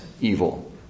evil